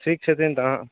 ठीक छथिन तऽ अहाँ